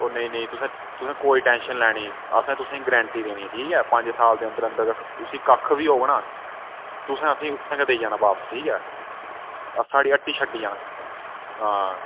ओह् नेईं नेईं तुसें तुसें कोई टेंशन निं लैनी असें तुसें गी गरैंटी देनी ठीक ऐ पंज साल दे अंदर अंदर उसी कक्ख बी होग ना तुसें असें गी उत्थें गै देई जाना बापस ठीक ऐ साढ़ी हट्टी छड्डी जाना तुसें हां